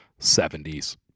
70s